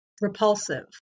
repulsive